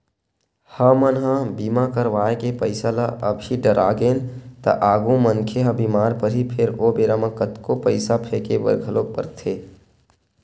हमन ह बीमा करवाय के पईसा ल अभी डरागेन त आगु मनखे ह बीमार परही फेर ओ बेरा म कतको पईसा फेके बर घलोक परथे